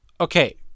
Okay